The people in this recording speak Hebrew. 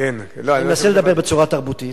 אני מנסה לדבר בצורה תרבותית,